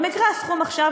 במקרה הסכום עכשיו,